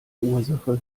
ursache